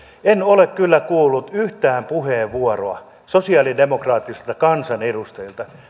en ole kyllä kuullut yhtään puheenvuoroa sosialidemokraattisilta kansanedustajilta